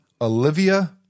Olivia